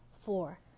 Four